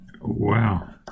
Wow